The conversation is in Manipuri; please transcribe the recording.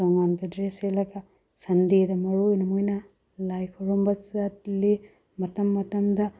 ꯇꯣꯉꯥꯟꯕ ꯗ꯭ꯔꯦꯁ ꯁꯦꯠꯂꯒ ꯁꯟꯗꯦꯗ ꯃꯔꯨ ꯑꯣꯏꯅ ꯃꯣꯏꯅ ꯂꯥꯏ ꯈꯨꯔꯨꯝꯕ ꯆꯠꯂꯤ ꯃꯇꯝ ꯃꯇꯝꯗ